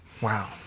Wow